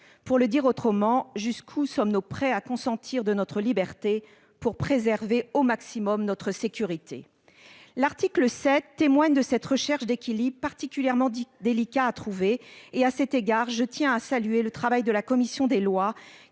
En d'autres termes, jusqu'où sommes prêts à rogner sur notre liberté pour préserver au maximum notre sécurité ? L'article 7 témoigne de cette recherche d'un équilibre particulièrement délicat à trouver. À cet égard, je salue le travail de la commission des lois